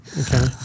Okay